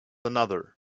another